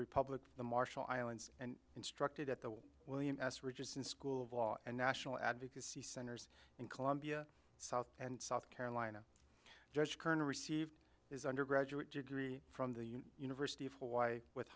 republic the marshall islands and instructed at the william s richardson school of law and national advocacy centers in columbia south and south carolina judge kern received his undergraduate degree from the university of hawaii with